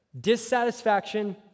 dissatisfaction